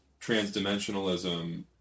transdimensionalism